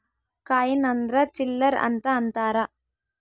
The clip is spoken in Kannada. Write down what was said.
ಕಾಯಿನ್ ಅಂದ್ರ ಚಿಲ್ಲರ್ ಅಂತ ಅಂತಾರ